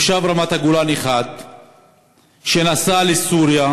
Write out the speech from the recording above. תושב רמת-הגולן אחד שנסע לסוריה,